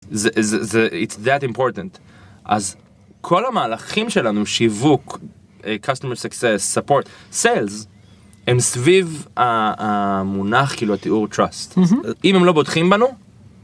זה זה זה זה It's that important אז כל המהלכים שלנו שיווק customer success, support, Sales הם סביב המונח כאילו pure trust עם לא בוטחים בנו.